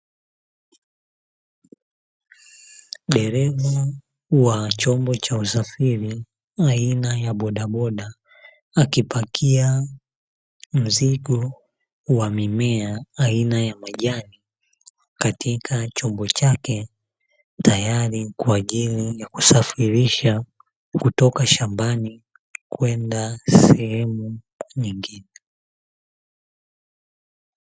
Dereva wa chombo cha usafiri aina ya bodaboda akipakia mzigo, wa mimea aina ya majani katika chombo chake, tayari kwa ajili ya kusafirisha kutoka shambani kwenda sehemu nyingine.